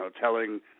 telling